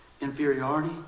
inferiority